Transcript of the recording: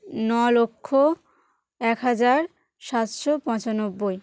ন লক্ষ এক হাজার সাতশো পঁচানব্বই